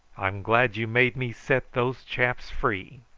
i'm glad you made me set those chaps free.